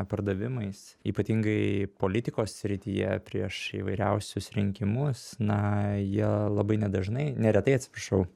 pardavimais ypatingai politikos srityje prieš įvairiausius rinkimus na jie labai nedažnai neretai atsiprašau